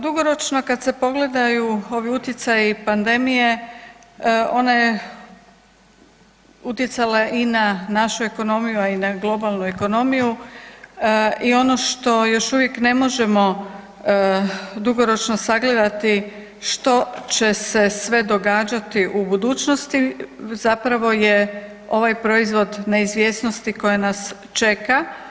Dugoročno kad se pogledaju ovi utjecaji pandemije ona je utjecala i na našu ekonomiju, a i na globalnu ekonomiju i ono što još uvijek ne možemo dugoročno sagledati što će se sve događati u budućnosti zapravo je ovaj proizvod neizvjesnosti koji nas čeka.